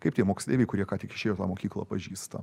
kaip tie moksleiviai kurie ką tik išėjo tą mokyklą pažįsta